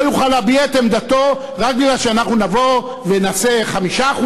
לא יוכל להביע את עמדתו רק מפני שנבוא ונעשה 5%,